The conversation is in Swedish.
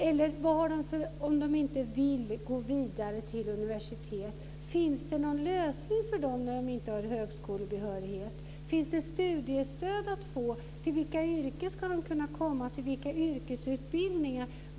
Eller finns det någon lösning för dem som inte har högskolebehörighet om de inte vill gå vidare till universitetet? Finns det studiestöd att få? Till vilka yrkesutbildningar och yrken ska de kunna komma?